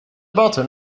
bottom